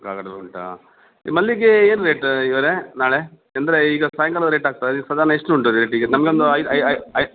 ಕಾಕಡಾ ಹೂ ಉಂಟಾ ಮಲ್ಲಿಗೆ ಏನು ರೇಟ್ ಇವರೇ ನಾಳೆ ಅಂದರೆ ಈಗ ಸಾಯಂಕಾಲ ರೇಟಾಗ್ತದೆ ಈಗ ಸಾಧಾರಣ ಎಷ್ಟು ಉಂಟು ರೇಟ್ ಈಗ ನಮಗೊಂದು ಐ ಐ ಐ ಐ